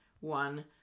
one